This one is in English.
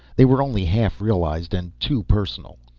they were only half realized and too personal.